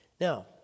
Now